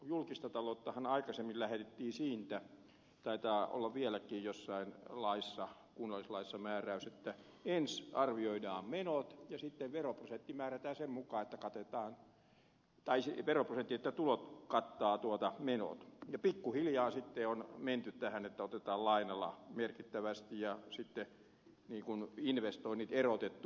aikaisemmin lähdettiin julkisessa taloudessa siitä taitaa olla vieläkin jossain laissa kunnallislaissa määräys että ensin arvioidaan menot ja sitten veroprosentti määrätään sen mukaan että tulot kattavat menot ja pikkuhiljaa on sitten menty tähän että otetaan lainalla merkittävästi ja sitten on investoinnit erotettu